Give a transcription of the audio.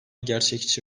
gerçekçi